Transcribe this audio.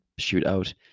shootout